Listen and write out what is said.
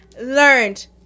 learned